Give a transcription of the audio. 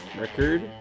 record